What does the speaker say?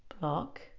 block